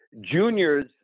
Junior's